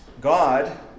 God